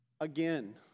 Again